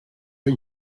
für